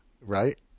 right